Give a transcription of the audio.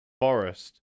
forest